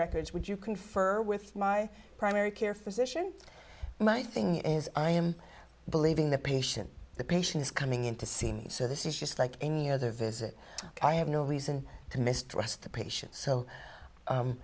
records would you confer with my primary care physician my thing is i am believing the patient the patients coming in to see me so this is just like any other visit i have no reason to mistrust the patient so